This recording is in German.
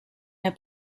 der